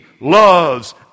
loves